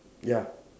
ya